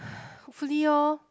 hopefully orh